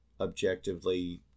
objectively